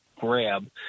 grab